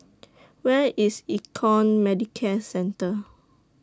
Where IS Econ Medicare Centre